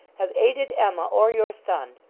have aided emma, or your son?